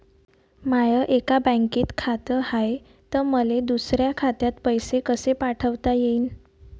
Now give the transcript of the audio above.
माय एका बँकेत खात हाय, त मले दुसऱ्या खात्यात पैसे कसे पाठवता येईन?